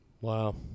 Wow